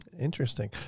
Interesting